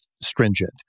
stringent